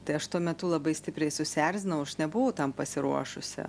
tai aš tuo metu labai stipriai susierzinau aš nebuvau tam pasiruošusi